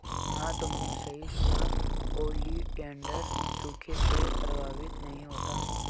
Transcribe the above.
हां तुमने सही सुना, ओलिएंडर सूखे से प्रभावित नहीं होता